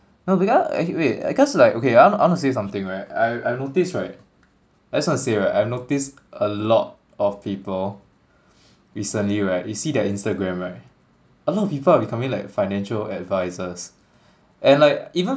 now the guy wait wait cause like okay I wanna I wanna say something right I I've noticed right I just want to say right I noticed a lot of people recently right you see their instagram right a lot of people are becoming like financial advisors and like even